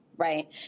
right